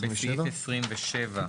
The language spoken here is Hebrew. בסעיף 27(ב)